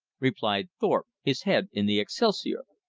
replied thorpe, his head in the excelsior.